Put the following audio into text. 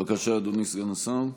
בבקשה, אדוני סגן השר.